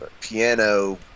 piano